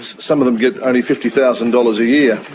some of them get only fifty thousand dollars a year.